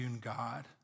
God